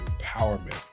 empowerment